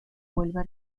vuelva